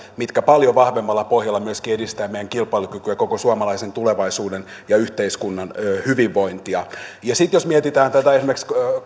mitkä paljon vahvemmalla pohjalla myöskin edistävät meidän kilpailukykyämme ja koko suomalaisen tulevaisuuden ja yhteiskunnan hyvinvointia ja sitten jos mietitään tätä esimerkiksi